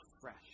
fresh